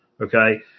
okay